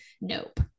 nope